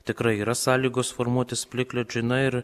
tikrai yra sąlygos formuotis plikledžiui na ir